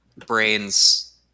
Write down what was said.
brains